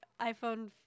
iPhone